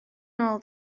nôl